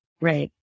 Right